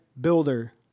builder